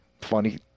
Funny